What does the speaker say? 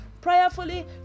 Prayerfully